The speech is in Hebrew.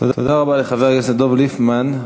תודה רבה לחבר הכנסת דב ליפמן.